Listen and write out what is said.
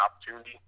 opportunity